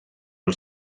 els